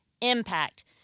impact